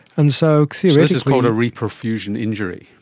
and so this is called a reperfusion injury.